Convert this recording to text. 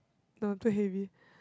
no too heavy